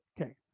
Okay